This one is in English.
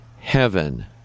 heaven